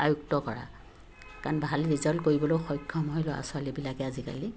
আয়ুক্ত কৰা কাৰণ ভাল ৰিজাল্ট কৰিবলৈও সক্ষম হয় ল'ৰা ছোৱালীবিলাকে আজিকালি